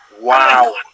Wow